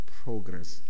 progress